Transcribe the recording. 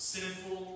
Sinful